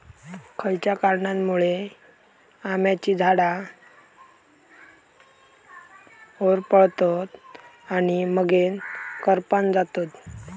खयच्या कारणांमुळे आम्याची झाडा होरपळतत आणि मगेन करपान जातत?